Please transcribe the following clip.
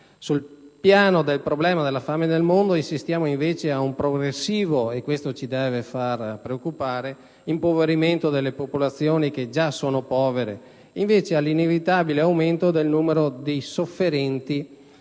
Sul piano del problema della fame nel mondo assistiamo, invece, ad un progressivo - e questo ci deve far preoccupare - impoverimento delle popolazioni già povere e all'inevitabile aumento del numero dei sofferenti